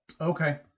Okay